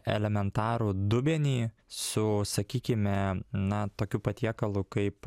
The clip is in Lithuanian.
elementarų dubenį su sakykime na tokiu patiekalu kaip